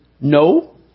no